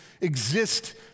exist